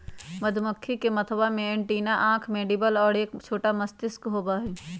मधुमक्खी के मथवा में एंटीना आंख मैंडीबल और एक छोटा मस्तिष्क होबा हई